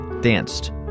danced